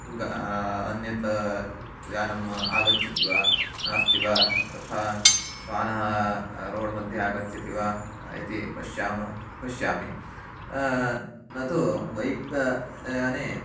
अन्यत् यानम् आगच्छति वा नास्ति वा तथा श्वानः रोड् मध्ये आगच्छति वा इति पश्यामः पश्यामि न तु बैक् याने